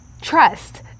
trust